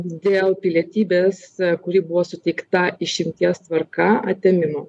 dėl pilietybės kuri buvo suteikta išimties tvarka atėmimo